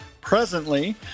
presently